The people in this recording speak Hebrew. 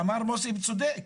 אמר מוסי, והוא צודק,